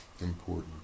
important